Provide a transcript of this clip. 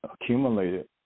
accumulated